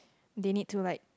they need to like